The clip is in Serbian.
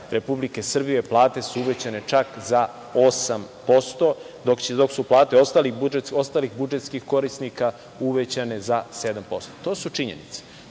Republike Srbije plate su uvećane čak za 8%, dok su plate ostalih budžetskih korisnika uvećane za 7%. To su činjenice.